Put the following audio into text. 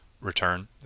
return